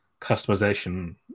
customization